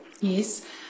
Yes